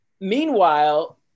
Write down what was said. meanwhile